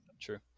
True